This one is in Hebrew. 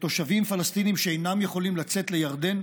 בתושבים פלסטינים שאינם יכולים לצאת לירדן?